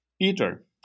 Peter